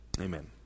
Amen